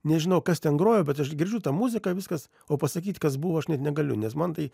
nežinau kas ten groja bet aš girdžiu tą muziką viskas o pasakyti kas buvo aš net negaliu nes man tai